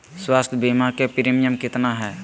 स्वास्थ बीमा के प्रिमियम कितना है?